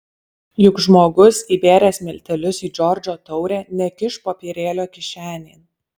juk žmogus įbėręs miltelius į džordžo taurę nekiš popierėlio kišenėn